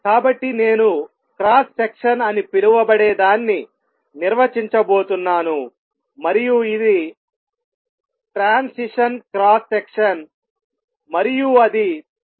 కాబట్టి నేను cross section అని పిలువబడేదాన్ని నిర్వచించబోతున్నాను మరియు ఇది ట్రాన్సిషన్ క్రాస్ సెక్షన్ మరియు అది Bhνc